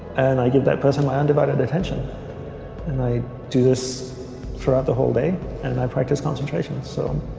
and i give that person my undivided attention and i do this throughout the whole day and i practice concentrations so